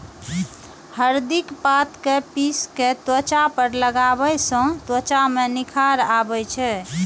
हरदिक पात कें पीस कें त्वचा पर लगाबै सं त्वचा मे निखार आबै छै